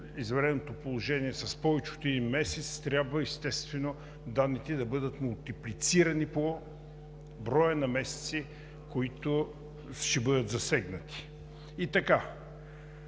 извънредното положение с повече от един месец трябва, естествено, данните да бъдат мултиплицирани по броя на месеци, които ще бъдат засегнати. И така,